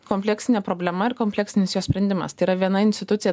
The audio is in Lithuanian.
kompleksinė problema ir kompleksinis jos sprendimas tai yra viena institucija